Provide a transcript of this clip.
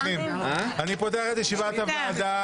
אני פותח את ישיבת הוועדה.